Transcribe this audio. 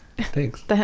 Thanks